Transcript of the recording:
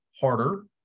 harder